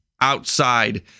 outside